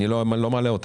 אני לא מעלה אותן.